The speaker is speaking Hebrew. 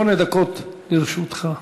שמונה דקות לרשותך.